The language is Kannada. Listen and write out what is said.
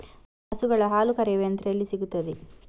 ಹಸುಗಳ ಹಾಲು ಕರೆಯುವ ಯಂತ್ರ ಎಲ್ಲಿ ಸಿಗುತ್ತದೆ?